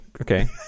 Okay